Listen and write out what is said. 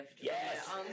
Yes